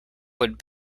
would